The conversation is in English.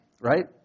right